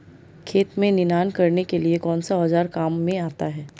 खेत में निनाण करने के लिए कौनसा औज़ार काम में आता है?